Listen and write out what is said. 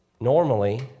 Normally